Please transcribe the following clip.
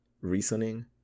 reasoning